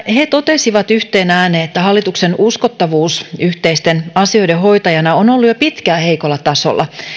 he totesivat yhteen ääneen että hallituksen uskottavuus yhteisten asioiden hoitajana on ollut jo pitkään heikolla tasolla